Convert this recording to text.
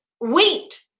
wait